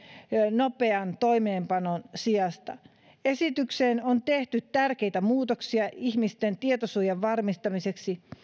nopean toimeenpanon sijasta esitykseen on tehty tärkeitä muutoksia ihmisten tietosuojan varmistamiseksi